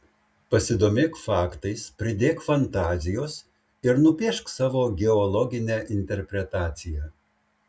pasidomėk faktais pridėk fantazijos ir nupiešk savo geologinę interpretaciją